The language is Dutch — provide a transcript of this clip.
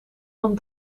van